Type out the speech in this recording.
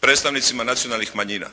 predstavnicima nacionalnih manjina.